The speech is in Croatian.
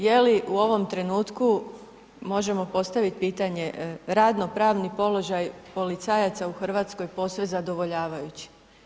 Je li u ovom trenutku, možemo postavit pitanje radno-pravni položaj policajaca u Hrvatskoj posve zadovoljavajući?